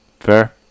Fair